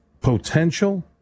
potential